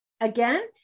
Again